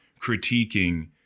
critiquing